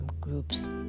groups